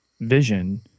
vision